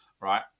Right